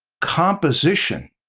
composition